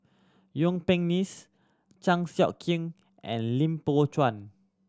Yuen Peng Neice Chan Sek Keong and Lim Poh Chuan